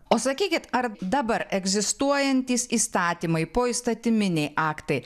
o sakykit ar dabar egzistuojantys įstatymai poįstatyminiai aktai